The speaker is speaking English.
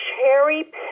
cherry